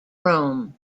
rome